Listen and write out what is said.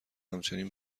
همچنین